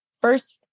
first